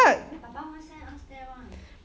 papa won't send us there one